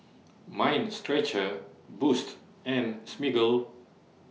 Mind Stretcher Boost and Smiggle